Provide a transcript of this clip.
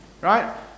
Right